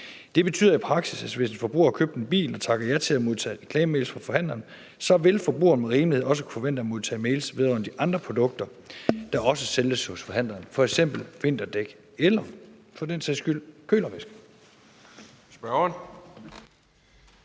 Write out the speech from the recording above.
Det betyder i praksis, at hvis en forbruger køber en bil og takker ja til at modtage reklamemails fra forhandleren, vil forbrugeren med rimelighed også kunne forvente at modtage mails vedrørende de andre produkter, der også sælges hos forhandlerne, som f.eks. vinterdæk eller for den